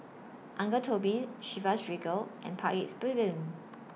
Uncle Toby's Chivas Regal and Paik's Bibim